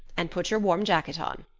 and put your warm jacket on.